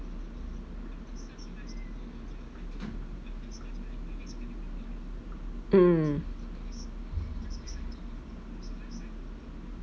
mm